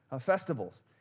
festivals